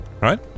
right